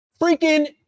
Freaking